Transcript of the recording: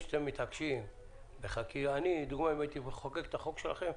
אם הייתי מחוקק את החוק שלכם,